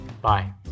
Bye